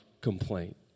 complaint